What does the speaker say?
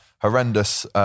horrendous